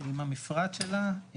עם המפרט שלה,